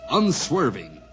unswerving